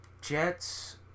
Jets